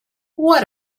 what